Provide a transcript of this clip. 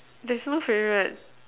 there's no favorite